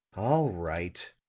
all right,